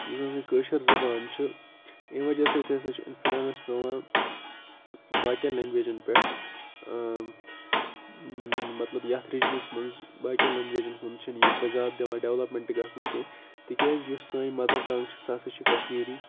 یُس ہَسا یہِ کٲشِر زبان چھِ امہِ وجہ سۭتۍ ہَسا چھِ اِنفلٮ۪نٕس پٮ۪وان باقٕیَن لٮ۪نٛگویجَن پٮ۪ٹھ مطلب یَتھ رِجنَس منٛز باقٕیَن لٮ۪نٛگویجَن کُن چھِنہٕ یہِ بہٕ زیادٕ دِوان ڈٮ۪ولَپمٮ۪نٛٹہٕ گژھنہٕ کینٛہہ تِکیٛازِ یُس سٲنۍ مَدَر ٹنٛگ چھِ سُہ ہَسا چھِ کشمیٖری